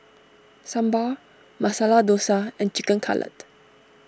Sambar Masala Dosa and Chicken Cutlet